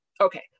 okay